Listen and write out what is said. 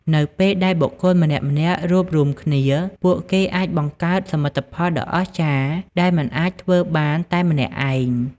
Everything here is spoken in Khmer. នៅពេលដែលបុគ្គលម្នាក់ៗរួបរួមគ្នា ពួកគេអាចបង្កើតសមិទ្ធផលដ៏អស្ចារ្យដែលមិនអាចធ្វើបានតែម្នាក់ឯង។